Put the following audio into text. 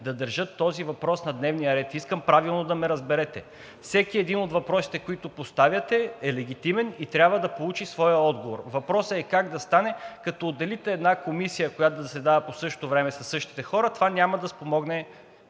да държат този въпрос на дневния ред. Искам правилно да ме разберете. Всеки един от въпросите, които поставяте, е легитимен и трябва да получи своя отговор. Въпросът е: как да стане? Като отделите една комисия, която да заседава по същото време със същите хора, това няма да спомогне